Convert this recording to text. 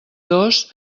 dos